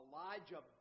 Elijah